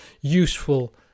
useful